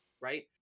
right